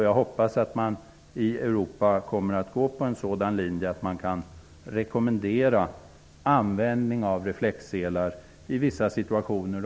Jag hoppas att man i Europa följer linjen att rekommendera användning av reflexselar i vissa situationer.